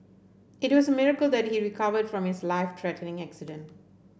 it was a miracle that he recovered from his life threatening accident